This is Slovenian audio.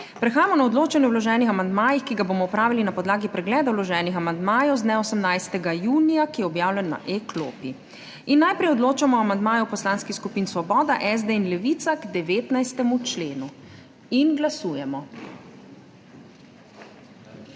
Prehajamo na odločanje o vloženih amandmajih, ki ga bomo opravili na podlagi pregleda vloženih amandmajev z dne 18. junija, ki je objavljen na e-klopi. Najprej odločamo o amandmaju poslanskih skupin Svoboda, SD in Levica k 19. členu. Glasujemo.